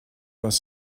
was